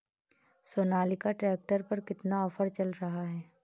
Sonalika tractor पर कितना offer चल रहा है?